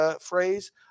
phrase